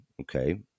okay